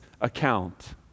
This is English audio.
account